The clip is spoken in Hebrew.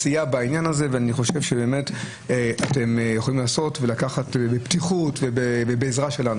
ואני חושב שאתם יכולים לעשות עם עזרה שלנו.